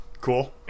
Cool